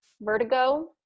vertigo